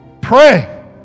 pray